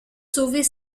sauver